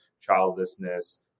childlessness